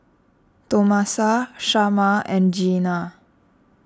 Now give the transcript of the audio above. Tomasa Shamar and Jeanna